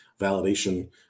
validation